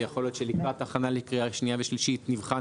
ויכול להיות שלקראת הכנה לקריאה שנייה ושלישית נבחן